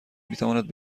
میتواند